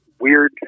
weird